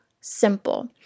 simple